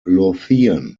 lothian